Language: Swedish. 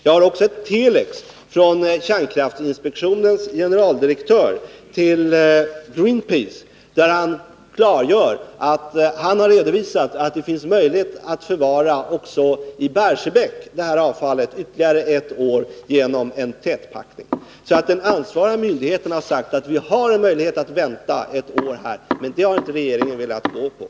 Jag har också ett telex från kärnkraftinspektionens generaldirektör till Greenpeace där han klargör att han har redovisat att det finns möjligheter också i Barsebäck att förvara avfallet ytterligare ett år — genom tätpackning. Den ansvariga myndigheten har således sagt att vi har möjligheter att vänta ett år, men det har inte regeringen velat göra.